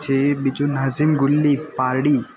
પછી બીજું નાઝિમ ગુલ્લી પારડી